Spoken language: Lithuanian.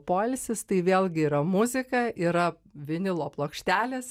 poilsis tai vėlgi yra muzika yra vinilo plokštelės